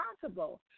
possible